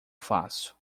faço